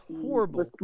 horrible